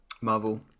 Marvel